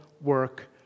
work